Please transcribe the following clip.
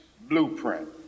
blueprint